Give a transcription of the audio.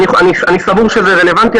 אני סבור שזה רלוונטי,